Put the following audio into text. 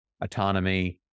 autonomy